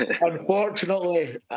Unfortunately